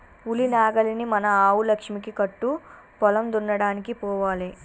ఉలి నాగలిని మన ఆవు లక్ష్మికి కట్టు పొలం దున్నడానికి పోవాలే